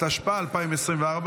התשפ"ה 2024,